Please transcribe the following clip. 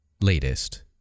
latest